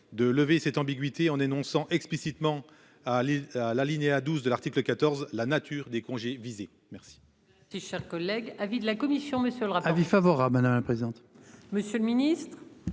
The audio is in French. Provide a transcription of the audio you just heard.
de lever cette ambiguïté en énonçant explicitement à Lille l'alinéa 12 de l'article 14. La nature des congés visés. Merci.